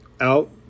out